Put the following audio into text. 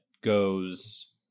goes